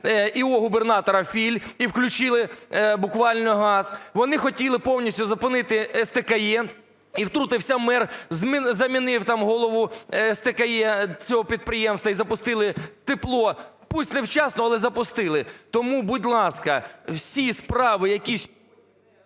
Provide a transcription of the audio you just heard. губернатора Філь і включили буквально газ. Вони хотіли повністю зупинити СТКЕ, і втрутився мер, замінив там голову СТКЕ, цього підприємства, і запустили тепло, пусть невчасно, але запустили. Тому, будь ласка, всі справи, які…